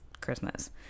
Christmas